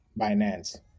Binance